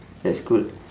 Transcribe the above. that's good